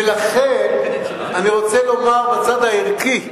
ולכן, אני רוצה לומר בצד הערכי,